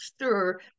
sure